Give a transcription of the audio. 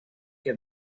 the